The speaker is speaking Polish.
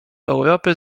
europy